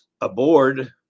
aboard